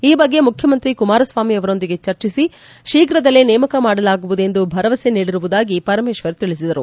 ಈ ಬಗ್ಗೆ ಮುಖ್ಯಮಂತ್ರಿ ಕುಮಾರಸ್ವಾಮಿ ಅವರೊಂದಿಗೆ ಚರ್ಚಿಸಿ ಶೀಘ್ರದಲ್ಲೇ ನೇಮಕ ಮಾಡಲಾಗುವುದು ಎಂದು ಭರವಸೆ ನೀಡಿರುವುದಾಗಿ ಪರಮೇಶ್ವರ್ ತಿಳಿಸಿದರು